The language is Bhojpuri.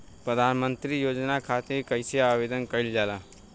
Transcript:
प्रधानमंत्री योजना खातिर कइसे आवेदन कइल जाला?